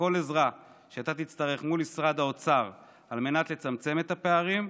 ובכל עזרה שאתה תצטרך מול משרד האוצר על מנת לצמצם את הפערים,